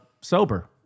sober